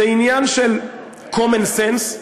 זה עניין של common sense,